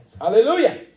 Hallelujah